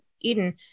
Eden